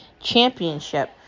Championship